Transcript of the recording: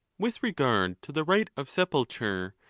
with regard to the rite of sepulture,